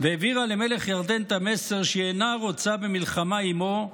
והעבירה למלך ירדן את המסר שהיא אינה רוצה במלחמה עימו,